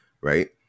right